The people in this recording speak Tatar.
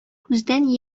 күздән